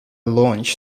launch